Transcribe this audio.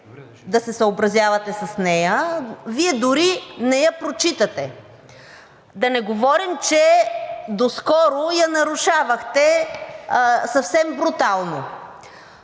да се съобразявате с нея, Вие дори не я прочитате. Да не говорим, че доскоро я нарушавахте съвсем брутално.